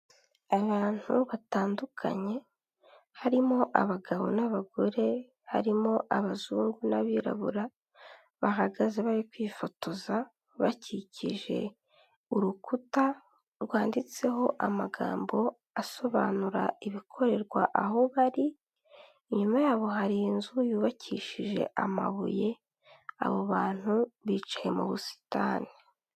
Abantu batandukanye harimo abagabo n'abagore, harimo abazungu n'abirabura bahagaze bari kwifotoza bakikije urukuta rwanditseho amagambo asobanura ibikorerwa aho bari, inyuma yabo hari inzu yubakishije amabuye abo bantu bicaye mu busitani.